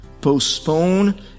postpone